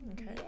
Okay